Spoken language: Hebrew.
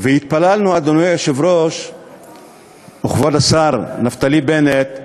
והתפללנו, אדוני היושב-ראש וכבוד השר נפתלי בנט,